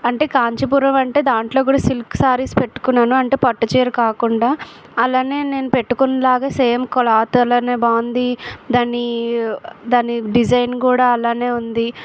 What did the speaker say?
అంటే కాంచీపురం అంటే దాంట్లో కూడా సిల్క్ శారీస్ పెట్టుకున్నాను అంటే పట్టు చీర కాకుండా అలాగే నేను పెట్టుకున్నలాగ సేమ్ క్లాత్ అలాగే బాగుంది దాన్ని దాన్ని డిజైన్ కూడా అలాగే ఉంది